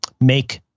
make